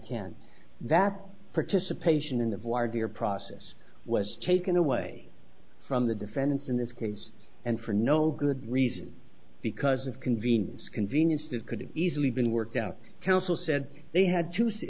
can that participation in the voir dire process was taken away from the defendants in this case and for no good reason because of convenience convenience that could have easily been worked out counsel said they had to s